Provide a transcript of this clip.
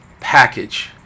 package